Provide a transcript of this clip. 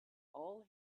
all